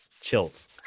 Chills